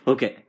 Okay